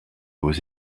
aux